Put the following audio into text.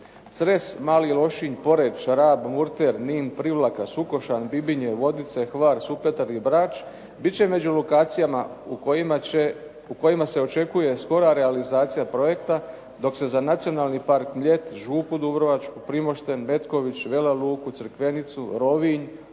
Cres, Mali Lošinj, Poreč, Rab, Murter, Nin, Privlaka, Sukošan, Bibinje, Vodice, Hvar, Supetar i Brač bit će među lokacijama u kojima se očekuje skora realizacija projekta, dok se za Nacionalni park "Mljet", Župu Dubrovačku, Primošten, Metković, Vela Luku, Crikvenicu, Rovinj,